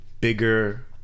bigger